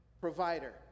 provider